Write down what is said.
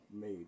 made